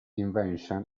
invention